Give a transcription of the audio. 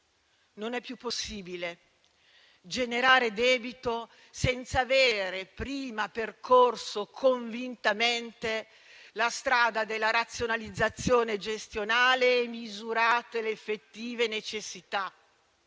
Non è più possibile generare debito senza avere prima percorso convintamente la strada della razionalizzazione gestionale e misurate le effettive necessità.